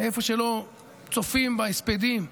איפה שלא, וצופים בהספדים.